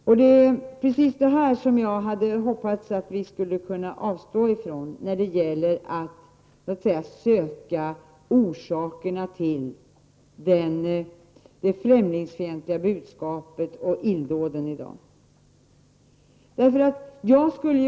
Men det är precis vad jag hade hoppats att vi skulle kunna avstå från när det gäller att finna orsakerna till det främlingsfientliga budskap och de illdåd som i dag förekommer.